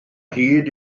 hyd